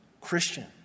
Christian